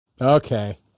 Okay